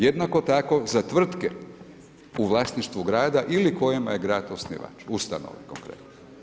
Jednako tako za tvrtke u vlasništvu grada ili kojima je grad osnivač, ustanove konkretno.